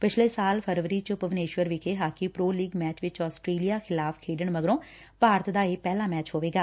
ਪਿਛਲੇ ਸਾਲ ਫਰਵਰੀ ਚ ਭੂਵਨੇਸ਼ਵਰ ਵਿਖੇ ਹਾਕੀ ਪ੍ਰੋ ਲੀਗ ਸੈਚ ਵਿਚ ਆਸਟ੍ਰੇਲੀਆ ਖਿਲਾਫ਼ ਖੇਡਣ ਮਗਰੋ ਭਾਰਤ ਦਾ ਇਹ ਪਹਿਲਾ ਮੈਚ ਹੋਵੇਗਾ